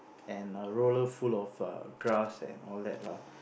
and a roller full of err grass and all that lah